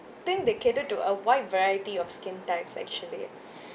think they cater to a wide variety of skin types actually